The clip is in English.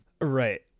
right